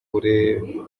kuri